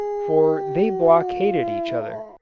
for they blockaded each other.